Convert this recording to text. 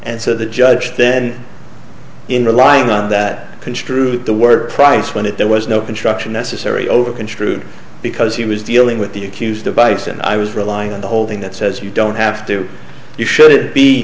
and so the judge then in relying on that construe that the word price when it there was no instruction necessary over construed because he was dealing with the accused device and i was relying on the holding that says you don't have to you should